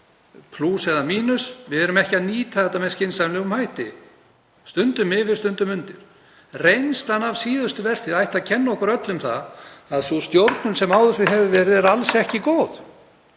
plús eða mínus. Við erum ekki að nýta þetta með skynsamlegum hætti, stundum yfir, stundum undir. Reynslan af síðustu vertíð ætti að kenna okkur öllum að sú stjórnun sem á þessu hefur verið er alls ekki góð